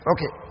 Okay